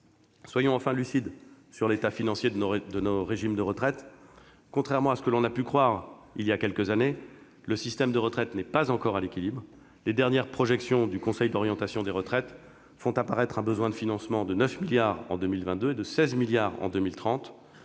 Soyons enfin lucides sur l'état financier de nos régimes de retraite. Contrairement à ce que l'on a pu croire il y a quelques années, le système de retraite n'est pas encore à l'équilibre : les dernières projections du conseil d'orientation des retraites font apparaître un besoin de financement de 9 milliards d'euros en 2022 et de 16 milliards d'euros